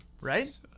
Right